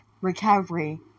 recovery